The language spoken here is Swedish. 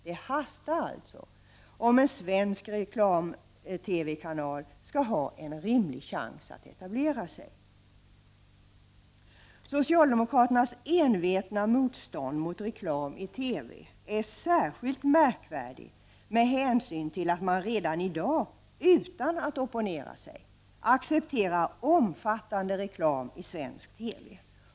Det hastar alltså om en svensk reklam-TV-kanal skall ha en rimlig chans att etablera sig. Socialdemokraternas envetna motstånd mot reklam i TV är särskilt märkligt med hänsyn till att man redan i dag utan att opponera sig accepterar omfattande reklam i svensk TV.